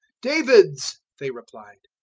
david's, they replied.